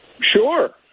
Sure